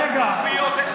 מבין, אנחנו כנופיות.